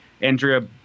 Andrea